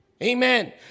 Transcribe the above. Amen